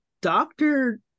doctor